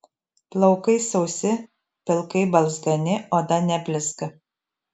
plaukai sausi pilkai balzgani oda neblizga